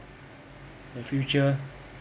the future